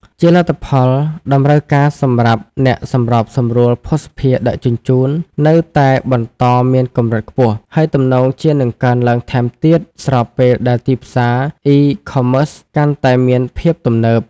ជាលទ្ធផល តម្រូវការសម្រាប់អ្នកសម្របសម្រួលភស្តុភារដឹកជញ្ជូននៅតែបន្តមានកម្រិតខ្ពស់ ហើយទំនងជានឹងកើនឡើងថែមទៀត ស្របពេលដែលទីផ្សារ E-commerce កាន់តែមានភាពទំនើប។